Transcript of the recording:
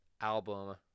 album